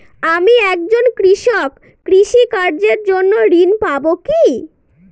আমি একজন কৃষক কৃষি কার্যের জন্য ঋণ পাব কি?